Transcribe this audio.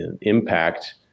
impact